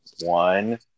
one